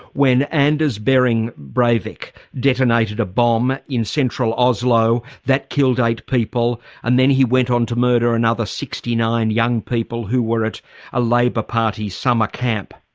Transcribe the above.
when anders behring breivik detonated a bomb in central oslo that killed eight people and then he went on to murder another sixty nine young people who were at a labour party summer camp.